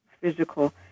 Physical